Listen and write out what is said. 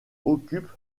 occupe